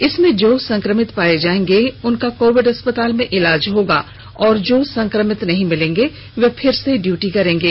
इसमें जो संक्रमित पाए जाएंगे उनका कोविड अस्पताल में इलाज होगा और जो संक्रमित नहीं मिलेंगे वे फिर से ड्यूटी करेंगे